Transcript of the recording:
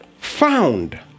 found